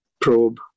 probe